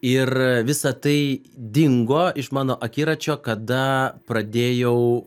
ir visa tai dingo iš mano akiračio kada pradėjau